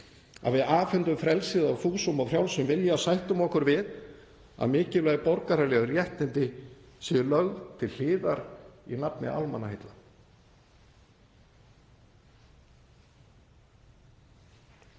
að við afhendum frelsið af fúsum og frjálsum vilja og sættum okkur við að mikilvæg borgaraleg réttindi séu lögð til hliðar í nafni almannaheilla.